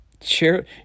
Share